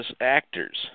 actors